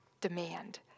demand